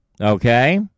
Okay